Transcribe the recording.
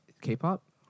K-pop